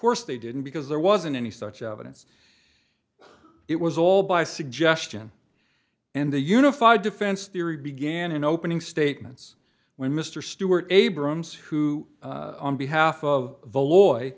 course they didn't because there wasn't any such evidence it was all by suggestion and the unified defense theory began in opening statements when mr stuart abrams who on behalf of